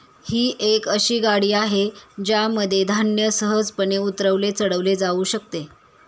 ही एक अशी गाडी आहे ज्यामध्ये धान्य सहजपणे उतरवले चढवले जाऊ शकते